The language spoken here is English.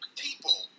people